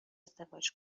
ازدواج